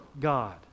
God